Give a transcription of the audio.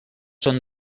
són